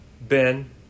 Ben